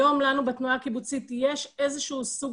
היום לנו בתנועה הקיבוצית יש איזה שהוא סוג